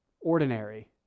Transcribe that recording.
ordinary